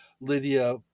Lydia